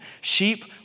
Sheep